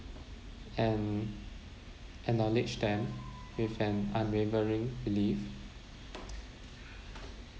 and acknowledge them with an unwavering belief